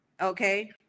Okay